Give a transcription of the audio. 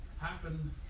happen